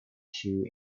two